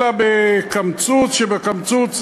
אלא בקמצוץ שבקמצוץ.